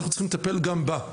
אנחנו צריכים לטפל גם בה.